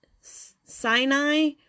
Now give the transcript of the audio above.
Sinai